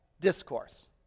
discourse